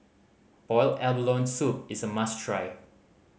boiled abalone soup is a must try